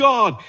God